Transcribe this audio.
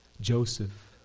Joseph